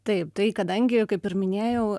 taip tai kadangi kaip ir minėjau